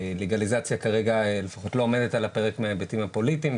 לגליזציה כרגע לפחות לא עומדת על הפרק מההיבטים הפוליטיים,